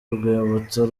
urwibutso